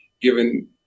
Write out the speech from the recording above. given